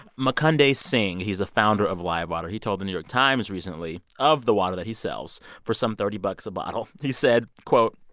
mukhande singh he's the founder of live water. he told the new york times recently of the water that he sells for some thirty bucks a bottle. he said, quote,